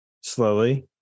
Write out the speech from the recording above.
Slowly